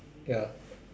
ya